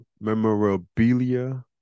memorabilia